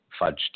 fudged